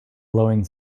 blowing